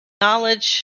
knowledge